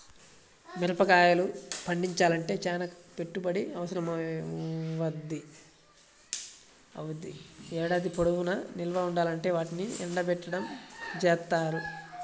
మిరగాయలు పండించాలంటే చానా పెట్టుబడి అవసరమవ్వుద్ది, ఏడాది పొడుగునా నిల్వ ఉండాలంటే వాటిని ఎండబెట్టడం జేత్తారు